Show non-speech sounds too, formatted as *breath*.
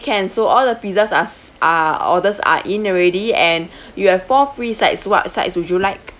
can so all the pizzas are s~ are orders are in already and *breath* you have four free sides what sides would you like